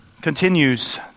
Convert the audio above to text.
continues